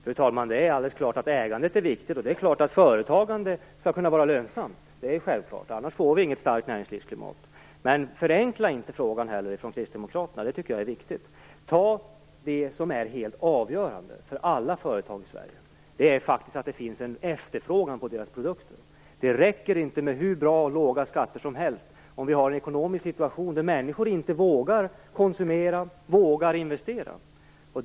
Fru talman! Det är alldeles klart att ägandet är viktigt och att företagande skall kunna vara lönsamt. Det är självklart, annars får vi inget starkt näringslivsklimat. Men Kristdemokraterna skall inte heller förenkla frågan! Det tycker jag är viktigt! Det som är helt avgörande för alla företag i Sverige är faktiskt att det finns en efterfrågan på deras produkter. Det räcker inte med hur bra och låga skatter som helst om vi har en ekonomisk situation där människor inte vågar konsumera och investera.